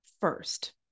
first